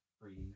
free